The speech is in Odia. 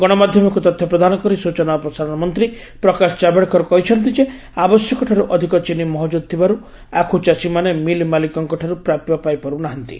ଗଣମାଧ୍ୟମକୁ ତଥ୍ୟ ପ୍ରଦାନ କରି ସୂଚନା ଓ ପ୍ରସାରଣ ମନ୍ତ୍ରୀ ପ୍ରକାଶ କାଭଡେକର କହିଛନ୍ତି ଯେ ଆବଶ୍ୟକ ଠାରୁ ଅଧିକ ଚିନି ମହଜୁଦ ଥିବାରୁ ଆଖୁ ଚାଷୀମାନେ ମିଲ ମାଲିକଙ୍କଠାରୁ ପ୍ରାପ୍ୟ ପାଇପାରୁ ନାହାନ୍ତି